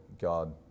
God